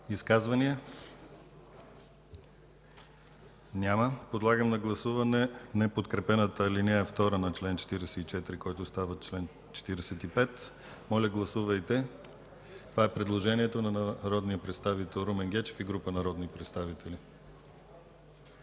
Изказвания? Няма. Подлагам на гласуване неподкрепената ал. 2 на чл. 44, който става чл. 45. Това е предложението на народния представител Румен Гечев и група народни представители.